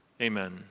Amen